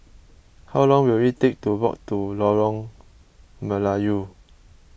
how long will it take to walk to Lorong Melayu